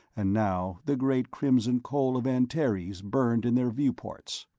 and now the great crimson coal of antares burned in their viewports.